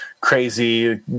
crazy